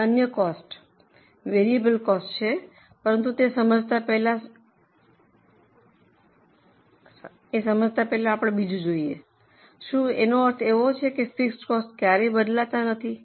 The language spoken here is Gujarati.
હવે અન્ય કોસ્ટ વેરિયેબલ કોસ્ટ છે પરંતુ તે સમજતા પહેલા શું તેનો અર્થ એ છે કે ફિક્સડ કોસ્ટ ક્યારેય બદલાતા નથી